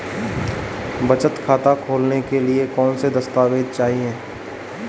बचत खाता खोलने के लिए कौनसे दस्तावेज़ चाहिए?